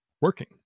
working